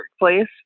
workplace